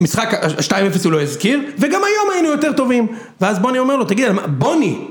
משחק ה2-0 הוא לא הזכיר וגם היום היינו יותר טובים. ואז בוני אומר לו, תגיד, בוני